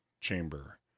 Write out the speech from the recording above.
chamber